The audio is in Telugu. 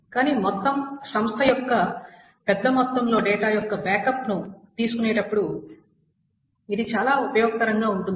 కానీ మొత్తం సంస్థ యొక్క పెద్ద మొత్తంలో డేటా యొక్క బ్యాకప్లను తీసుకునేటప్పుడు ఇది చాలా ఉపయోగకరంగా ఉంటుంది